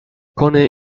connait